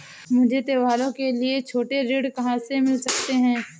मुझे त्योहारों के लिए छोटे ऋृण कहां से मिल सकते हैं?